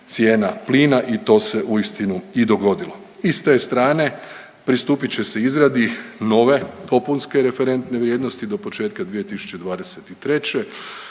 cijena plina i to se uistinu i dogodilo. I s te strane pristupit će se izradi nove dopunske referentne vrijednosti do početka 2023.